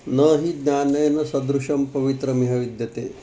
न हि ज्ञानेन सदृशं पवित्रम् इह विद्यते